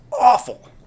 awful